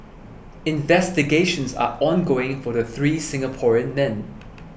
investigations are ongoing for the three Singaporean men